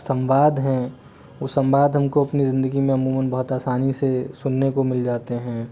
संवाद हैं वो संवाद हमको अपनी ज़िंदगी में अमूमन बहुत आसानी से सुनने को मिल जाते हैं